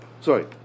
Sorry